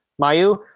Mayu